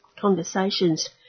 conversations